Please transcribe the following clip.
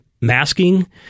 masking